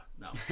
No